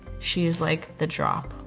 she's like the drop.